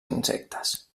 insectes